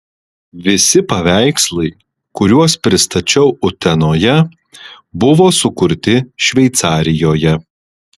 visi paveikslai kuriuos pristačiau utenoje buvo sukurti šveicarijoje